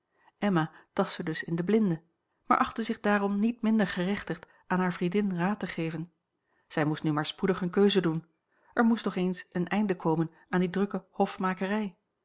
emma tastte dus in den blinde maar achtte zich daarom niet minder gerechtigd aan hare vriendin raad te geven zij moest nu maar spoedig eene keuze doen er moest toch eens een einde komen aan die drukke hofmakerij